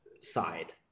side